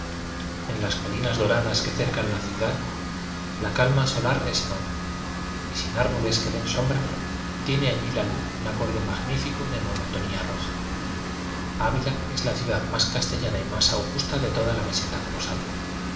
en las colinas doradas que cercan la ciudad la cal ma solar es enorme y sin árboles que den sombra tiemuallíjajuz macorite magnífico de monotonía roja ávila es la ciudad más castellana y más augusta de toda la meseta colosal